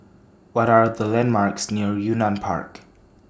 What Are The landmarks near Yunnan Park